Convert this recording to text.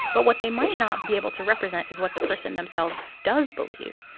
but what they might not be able to represent is what the person themselves does believe.